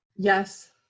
Yes